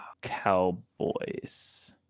Cowboys